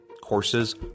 Courses